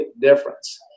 difference